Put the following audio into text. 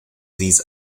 these